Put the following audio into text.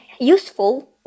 useful